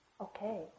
okay